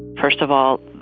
first of all,